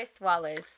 Wallace